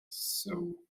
saw